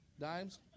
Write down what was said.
dimes